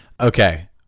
Okay